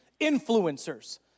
influencers